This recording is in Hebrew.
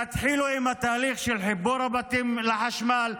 תתחילו בתהליך של חיבור הבתים לחשמל.